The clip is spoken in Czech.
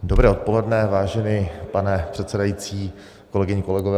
Dobré odpoledne, vážený pane předsedající, kolegyně, kolegové.